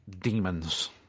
demons